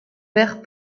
vert